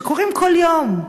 שקורים כל יום: